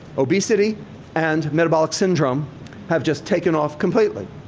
obesity and metabolic syndrome have just taken off completely.